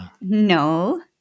No